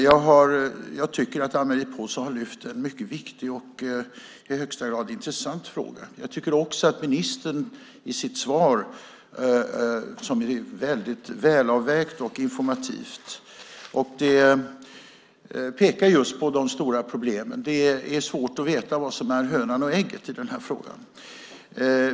Jag tycker att Anne-Marie Pålsson har lyft upp en mycket viktig och i högsta grad intressant fråga. Jag tycker också att ministerns svar är väldigt välavvägt och informativt, och hon pekar just på de stora problemen. Det är svårt att veta vad som är hönan och ägget i den här frågan.